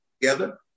together